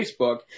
Facebook